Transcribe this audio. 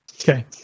Okay